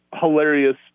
hilarious